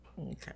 Okay